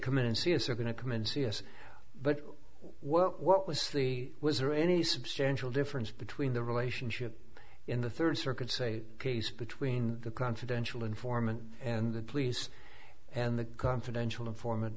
come in and see a subpoena come and see us but well what was the was there any substantial difference between the relationship in the third circuit say case between the confidential informant and the police and the confidential informant